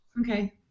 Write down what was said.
Okay